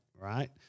right